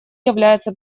является